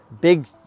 big